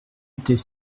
était